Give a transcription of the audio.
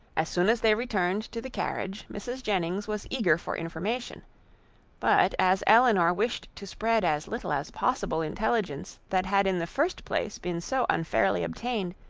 as soon as they returned to the carriage, mrs. jennings was eager for information but as elinor wished to spread as little as possible intelligence that had in the first place been so unfairly obtained,